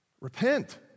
Repent